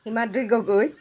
Himadri Gogoi